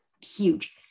huge